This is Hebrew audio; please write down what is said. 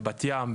בבת ים,